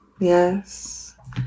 Yes